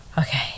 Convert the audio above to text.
Okay